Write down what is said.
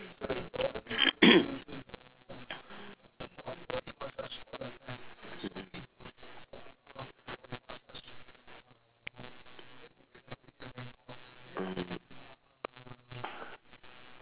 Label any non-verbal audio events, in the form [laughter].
[noise] mmhmm mm